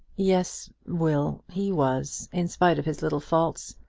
yes, will he was, in spite of his little faults.